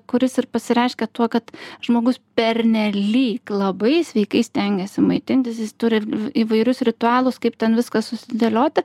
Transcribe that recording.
kuris ir pasireiškia tuo kad žmogus pernelyg labai sveikai stengiasi maitintis jis turi ir įvairius ritualus kaip ten viską susidėlioti